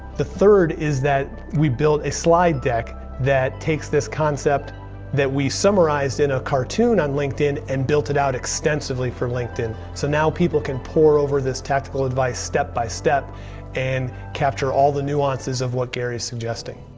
the third is that we built a slide deck that takes this concept that we summarized in a cartoon on linkedin and built it out extensively for linkedin, so know people can pore over this tactical advice step-by-step and capture all the nuances of what gary's suggesting.